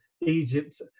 egypt